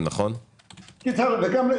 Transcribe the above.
היום יום שני, 7 במרס 2022. ד' אדר ב' התשפ"ב.